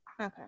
Okay